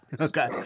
Okay